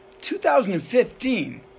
2015